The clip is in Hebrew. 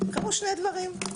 קרו שני דברים.